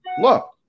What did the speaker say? look